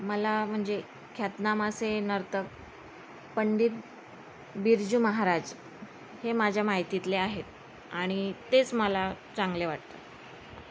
मला म्हणजे ख्यातनाम असे नर्तक पंडित बिर्जू महाराज हे माझ्या माहितीतले आहेत आणि तेच मला चांगले वाटतात